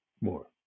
more